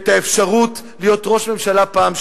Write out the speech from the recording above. את האפשרות להיות ראש ממשלה פעם שנייה.